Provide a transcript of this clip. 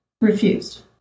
refused